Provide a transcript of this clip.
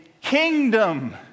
kingdom